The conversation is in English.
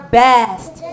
best